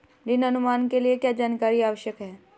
ऋण अनुमान के लिए क्या जानकारी आवश्यक है?